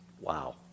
Wow